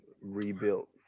rebuilt